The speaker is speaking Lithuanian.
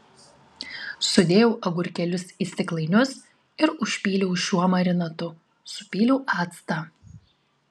sudėjau agurkėlius į stiklainius ir užpyliau šiuo marinatu supyliau actą